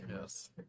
Yes